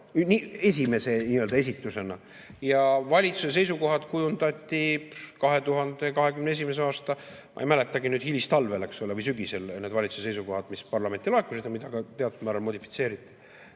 esimese esitusena ja valitsuse seisukohad kujundati 2021. aasta, ma ei mäletagi, hilistalvel või sügisel, need valitsuse seisukohad, mis parlamenti laekusid ja mida on ka teatud määral modifitseeritud.